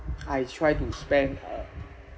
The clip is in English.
I try to spend uh